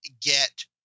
get